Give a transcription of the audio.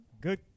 Good